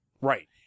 right